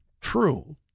true